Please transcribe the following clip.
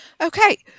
Okay